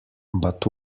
but